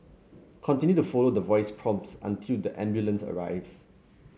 continue to follow the voice prompts until the ambulance arrive